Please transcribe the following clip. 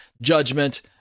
Judgment